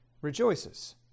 rejoices